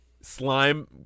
Slime